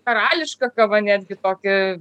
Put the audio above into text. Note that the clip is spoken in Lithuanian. karališka kava netgi tokį